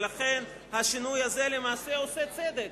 ולכן השינוי הזה למעשה עושה צדק,